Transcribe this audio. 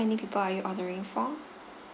~any people are you ordering for